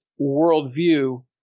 worldview